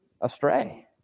astray